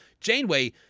Janeway